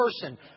person